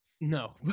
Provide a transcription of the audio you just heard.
No